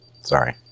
Sorry